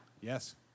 Yes